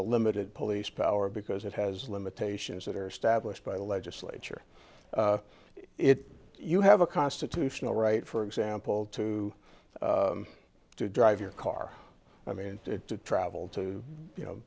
a limited police power because it has limitations that are stablished by the legislature if you have a constitutional right for example to drive your car i mean to travel to you know